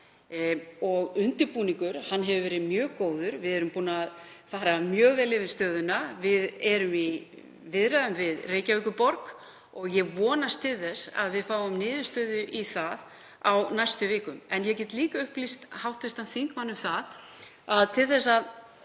og undirbúningur hefur verið mjög góður. Við erum búin að fara mjög vel yfir stöðuna. Við erum í viðræðum við Reykjavíkurborg og ég vonast til þess að við fáum niðurstöðu í það mál á næstu vikum. En ég get líka upplýst hv. þingmann um að vegna þess að